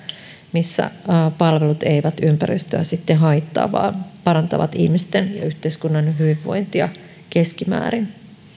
missä palvelut eivät ympäristöä sitten haittaa vaan parantavat ihmisten ja yhteiskunnan hyvinvointia keskimäärin